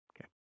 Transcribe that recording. Okay